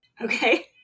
Okay